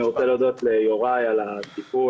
אני רוצה להודות ליוראי על הטיפול,